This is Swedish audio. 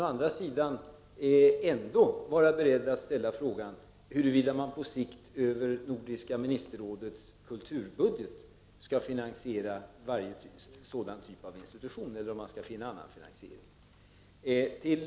Å andra sidan kan jag ändå vara beredd att ställa fråganhuruvida man på sikt över Nordiska ministerrådets kulturbudget skall finansiera varje typ av sådana institutioner eller finna annan finansiering.